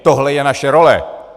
Tohle je naše role.